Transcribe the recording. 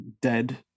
dead